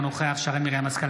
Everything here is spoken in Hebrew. אינו נוכח שרן מרים השכל,